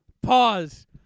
Pause